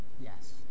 Yes